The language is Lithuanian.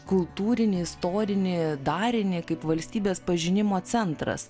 kultūrinį istorinį darinį kaip valstybės pažinimo centras